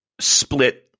split